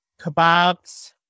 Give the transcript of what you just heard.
kebabs